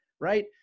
right